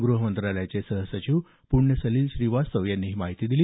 ग्रहमंत्रालयाचे सहसचिव पुण्यसलिल श्रीवास्तव यांनी ही माहिती दिली